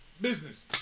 Business